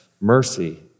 mercy